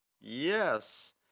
Yes